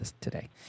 today